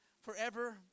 forever